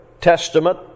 Testament